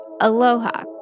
Aloha